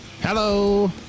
Hello